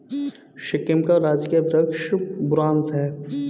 सिक्किम का राजकीय वृक्ष बुरांश है